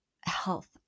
health